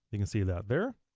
you can see that there.